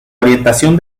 orientación